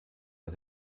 was